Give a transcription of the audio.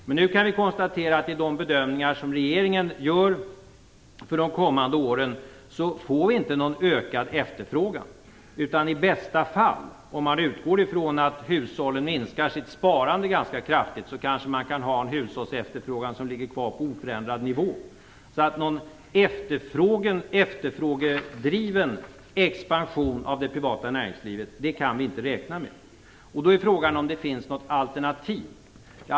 Men nu kan vi konstatera att enligt de bedömningar som regeringen gör för de kommande åren får vi inte någon ökad efterfrågan. Om man utgår ifrån att hushållen minskar sitt sparande ganska kraftigt, kan vi i bästa fall få en hushållsefterfrågan på oförändrad nivå. Någon efterfrågedriven expansion inom det privata näringslivet kan vi alltså inte räkna med. Då är frågan om det finns något alternativ.